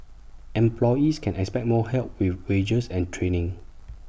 employees can expect more help with wages and training